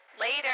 Later